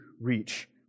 reach